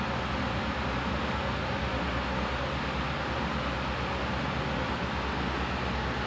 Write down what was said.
but I like the fact that we are like trying slowly now like we can we can also see like macam